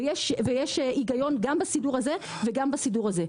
ויש היגיון גם בסידור הזה וגם בסידור השני.